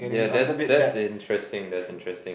yeah that's that's interesting that's interesting